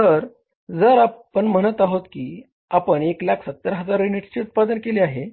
तर जर आपण म्हणत आहोत की आपण 170000 युनिट्सचे उत्पादन केले आहे